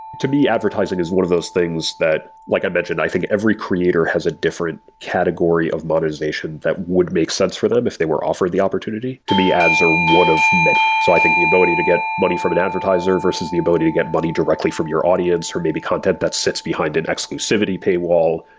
to me, advertising is one of those things that, like i mentioned, i think every creator has a different category of modernization that would make sense for them if they were offered the opportunity to be as one one of many. so i think the ability to get money from an advertiser versus the ability to get money directly from your audience, or maybe content that sits behind an exclusivity pay wall,